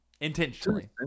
Intentionally